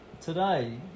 today